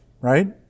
right